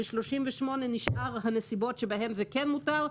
ו-38 נשאר הנסיבות בהן זה כן מותר,